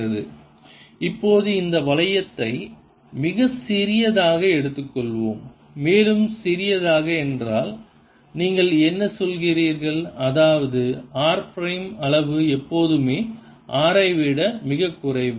Ar04πIds×r rr r304πIds×r rr r3 இப்போது இந்த வளையத்தை மிகச் சிறியதாக எடுத்துக்கொள்வோம் மேலும் சிறியதாக என்றால் நீங்கள் என்ன சொல்கிறீர்கள் அதாவது r பிரைம் அளவு எப்போதுமே r ஐ விட மிகக் குறைவு